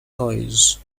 noise